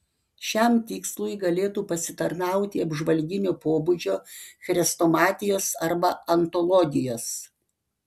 šiam tikslui galėtų pasitarnauti apžvalginio pobūdžio chrestomatijos arba antologijos